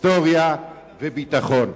היסטוריה וביטחון.